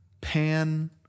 pan